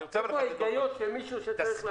איפה ההיגיון של מישהו שצריך להחליט?